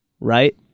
right